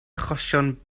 achosion